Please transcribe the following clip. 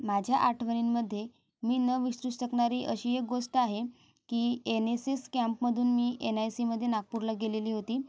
माझ्या आठवणींमध्ये मी न विसरू शकणारी अशी एक गोष्ट आहे की एन एस एस कॅम्पमधून मी एनआयसीमध्ये नागपूरला गेलेली होती